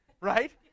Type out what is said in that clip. right